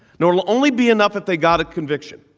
no, it'll only be enough if they got a conviction